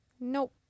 nope